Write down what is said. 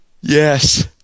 Yes